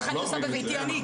ככה אני עושה בביתי אני.